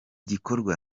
gikorwa